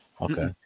Okay